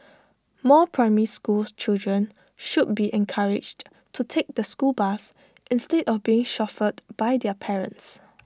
more primary school children should be encouraged to take the school bus instead of being chauffeured by their parents